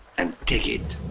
and take it.